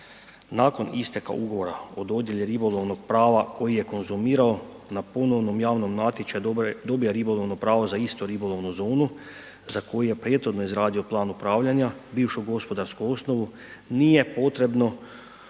nakon isteka ugovora o dodjeli ribolovnog prava koji je konzumirao na ponovnom javnom natječaju dobije ribolovno pravo za istu ribolovnu zonu za koju je prethodno izradio plan upravljanja, bivšu gospodarsku osnovu nije potrebno